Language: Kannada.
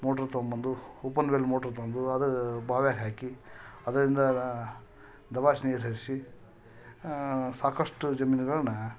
ಮೋಟ್ರ್ ತೊಗಂಬಂದು ಓಪನ್ ವೆಲ್ ಮೊಟ್ರ್ ತಂದು ಅದು ಬಾವ್ಯಾಗೆ ಹಾಕಿ ಅದರಿಂದ ದಬಾಯ್ಸ್ ನೀರು ಹರಿಸಿ ಸಾಕಷ್ಟು ಜಮೀನುಗಳನ್ನ